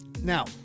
Now